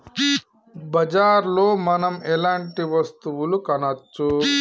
బజార్ లో మనం ఎలాంటి వస్తువులు కొనచ్చు?